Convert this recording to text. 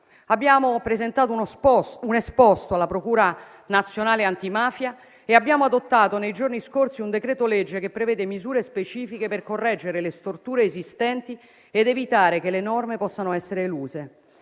Abbiamo presentato un esposto alla procura nazionale antimafia e abbiamo adottato nei giorni scorsi un decreto-legge che prevede misure specifiche per correggere le storture esistenti ed evitare che le norme possano essere eluse.